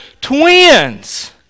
twins